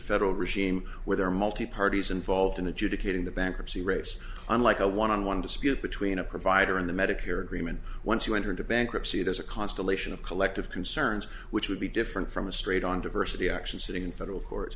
federal regime where there multi parties involved in adjudicating the bankruptcy race unlike a one on one dispute between a provider in the medicare agreement once you enter into bankruptcy there's a constellation of collective concerns which would be different from a straight on diversity action sitting in federal court